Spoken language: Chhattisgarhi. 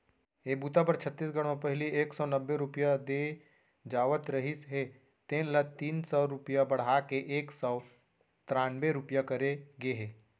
ए बूता बर छत्तीसगढ़ म पहिली एक सव नब्बे रूपिया दे जावत रहिस हे जेन ल तीन रूपिया बड़हा के एक सव त्रान्बे रूपिया करे गे हे